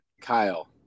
Kyle